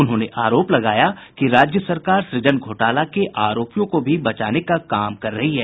उन्होंने आरोप लगाया कि राज्य सरकार सुजन घोटाला के आरोपियों को बचाने का काम कर रही है